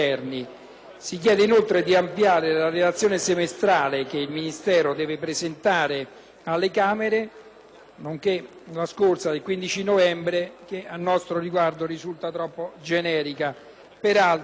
Si chiede inoltre di ampliare la relazione semestrale che il Ministero deve presentare alle Camere, compresa quella scorsa del 15 novembre che, a nostro parere, risulta troppo generica.